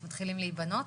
שמתחילים להיבנות